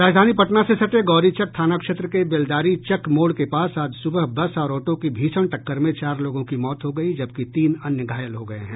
राजधानी पटना से सटे गौरीचक थाना क्षेत्र के बेलदारीचक मोड़ के पास आज सुबह बस और ऑटो की भीषण टक्कर में चार लोगों की मौत हो गई जबकि तीन अन्य घायल हो गए हैं